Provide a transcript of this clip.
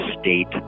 state